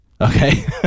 Okay